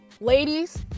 Ladies